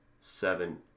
seven